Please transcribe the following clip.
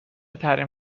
تحریم